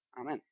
Amen